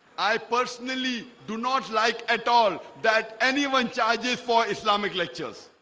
i personally do not like at all that anyone charges for islamic lectures